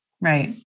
Right